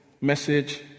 message